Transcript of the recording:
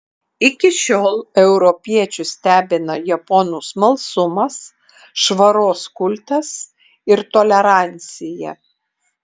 iki šiol europiečius stebina japonų smalsumas švaros kultas ir tolerancija